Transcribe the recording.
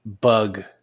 bug